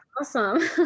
awesome